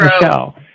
Michelle